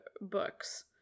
books